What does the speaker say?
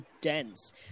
dense